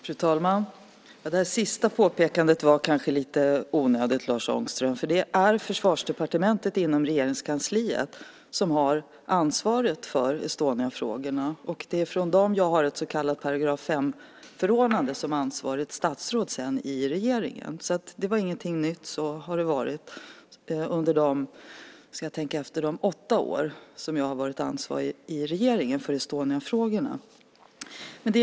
Fru talman! Det sista påpekandet var kanske lite onödigt, Lars Ångström. Det är Försvarsdepartementet som inom Regeringskansliet har ansvaret för Estoniafrågorna, och det är från dem jag har ett så kallat § 5-förordnande som ansvarigt statsråd i regeringen. Det var alltså ingenting nytt. Så har det varit under de åtta år som jag har varit ansvarig i regeringen för Estoniafrågorna.